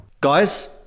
Guys